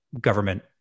government